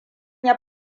ya